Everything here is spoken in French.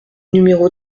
numéro